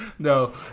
No